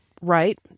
Right